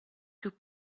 più